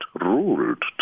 ruled